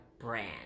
brand